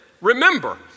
Remember